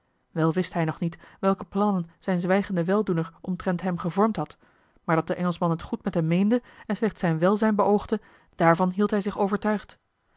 wel wist hij nog niet welke plannen zijn zwijgende weldoener omtrent hem gevormd had maar dat de engelschman het goed met hem meende en slechts zijn welzijn beoogde daarvan hield hij zich overtuigd